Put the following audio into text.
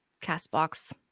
CastBox